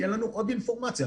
יהיה לנו עוד אינפורמציה.